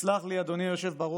תסלח לי, אדוני היושב-ראש,